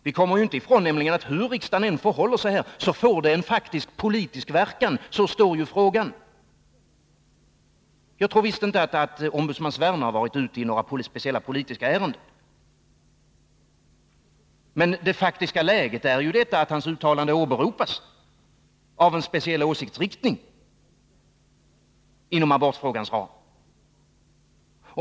Vi kommer nämligen inte ifrån att hur riksdagen än förhåller sig, får det en faktisk politisk verkan. Så står ju frågan. Jag tror visst inte att ombudsman Sverne har varit ute i några speciella politiska ärenden, men det faktiska läget är att hans uttalande åberopas av en speciell åsiktsyttring inom abortfrågans ram.